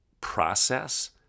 process